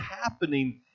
happening